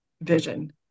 vision